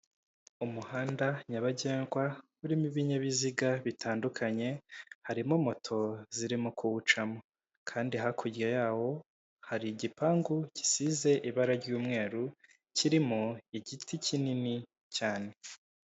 Umuhanda nyabagendwa urimo ibinyabiziga bitandukanye harimo moto zirimo kuwucamo kandi hakurya yawo hari igipangu gisize ibara ry'umweru kirimo igiti kinini cyane.